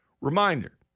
Reminder